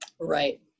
right